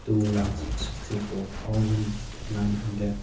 two lakhs sixty four thousand nine hundred